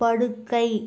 படுக்கை